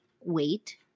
wait